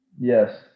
Yes